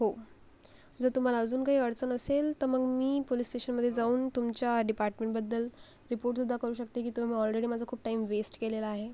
हो जर तुम्हाला अजून काही अडचण असेल तर मग मी पुलिस स्टेशनमधे जाऊन तुमच्या डिपार्टमेंटबद्दल रिपोर्टसुद्धा करू शकते की तुम्ही ऑलरेडी माझा खूप टाइम वेस्ट केलेला आहे